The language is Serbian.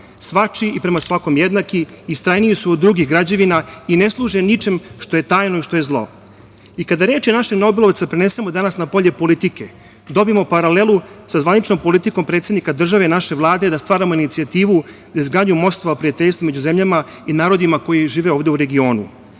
svačiji i prema svakom jednaki, istrajniji su od drugih građevina i ne služe ničem što je tajno i što je zlo. Kada reči našeg nobelovca prenesemo danas na polje politike, dobije paralelu sa zvaničnom politikom predsednika države i naše Vlade da stvaramo inicijativu za izgradnju mostova prijateljstva među zemljama i narodima koji žive ovde u regionu. Upravo